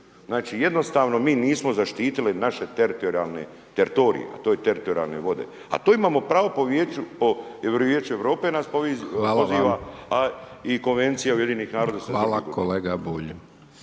Znači jednostavno mi nismo zaštitili naši teritorijalni, teritorij a to su teritorijalne vode a to imamo pravo po Vijeću, i Vijeće Europe nas poziva a i Konvencija UN-a .../Govornik se ne